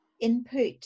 input